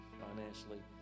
financially